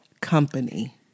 company